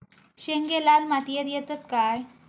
शेंगे लाल मातीयेत येतत काय?